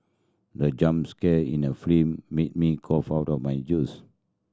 the jump scare in the film made me cough out my juice